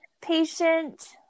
patient